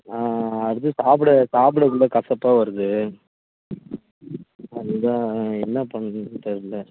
அது சாப்பிட சாப்பிட குள்ளே கசப்பாக வருது அது தான் என்ன பண்ணுறதுனு தெரில